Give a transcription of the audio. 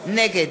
נגד